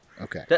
Okay